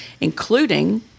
including